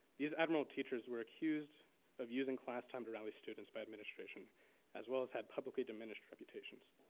this admiral teachers were accused of using class time to rally students by administration as well as had publicly diminished reputations.